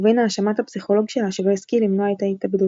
ובין האשמת הפסיכולוג שלה שלא השכיל למנוע את ההתאבדות.